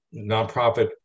nonprofit